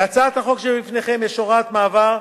בהצעת החוק שבפניכם יש הוראת מעבר,